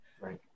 right